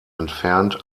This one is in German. entfernt